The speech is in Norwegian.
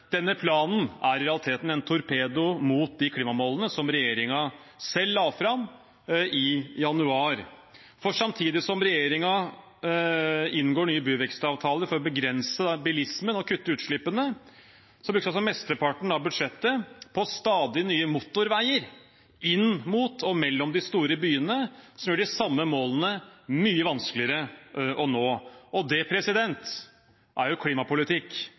Denne planen er i realiteten en torpedo mot de klimamålene som regjeringen selv la fram i januar. For samtidig som regjeringen inngår nye byvekstavtaler for å begrense bilismen og kutte utslippene, brukes altså mesteparten av budsjettet på stadig nye motorveier inn mot og mellom de store byene, noe som gjør de samme målene mye vanskeligere å nå. Det er klimapolitikk